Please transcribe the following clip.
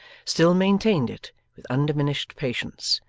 still maintained it with undiminished patience,